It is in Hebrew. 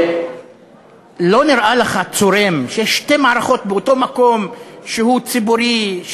לא נראה לך צורם ששתי מערכות באותו מקום שהוא ציבורי,